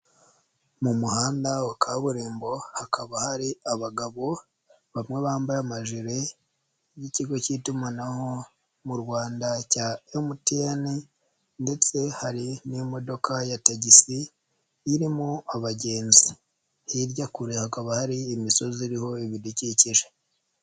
Mu muhanda wa kaburimbo hakaba hari abagabo bamwe bambaye amajire y'ikigo k'itumanaho mu Rwanda cya MTN ndetse hari n'imodoka ya tagisi irimo abagenzi, hirya kure hakaba hari imisozi iriho ibidukikije.